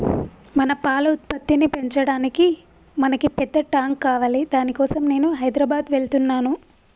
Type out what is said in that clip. మన పాల ఉత్పత్తిని పెంచటానికి మనకి పెద్ద టాంక్ కావాలి దాని కోసం నేను హైదరాబాద్ వెళ్తున్నాను